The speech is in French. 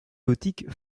gothique